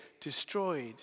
destroyed